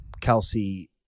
Kelsey